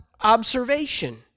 observation